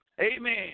Amen